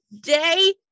day